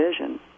vision